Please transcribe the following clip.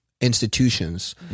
institutions